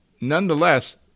nonetheless